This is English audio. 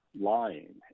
lying